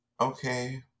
Okay